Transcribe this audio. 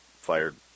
fired